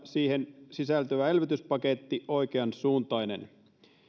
siihen sisältyvä elvytyspaketti oikeansuuntainen